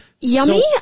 Yummy